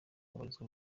abarizwa